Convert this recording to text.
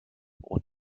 und